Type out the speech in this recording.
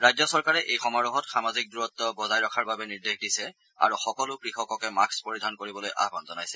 ৰাজ্য চৰকাৰে এই সমাৰোহত সামাজিক দূৰত্ব বজাই ৰখাৰ বাবে নিৰ্দেশ দিছে আৰু সকলো কৃষকে মাস্থ পৰিধান কৰিবলৈ আয়ান জনাইছে